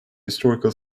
historical